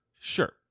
Sure